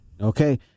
Okay